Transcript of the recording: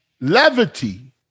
levity